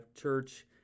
Church